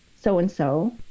so-and-so